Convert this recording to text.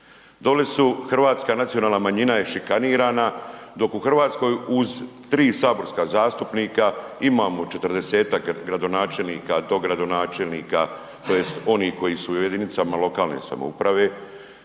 Dole su, hrvatska nacionalna manjina je šikanirana, dok u Hrvatskoj uz 3 saborska zastupnika imamo 40-tak gradonačelnika, dogradonačelnika, tj. oni koji su u jedinicama lokalne samouprave,